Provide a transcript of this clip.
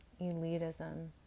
elitism